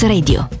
Radio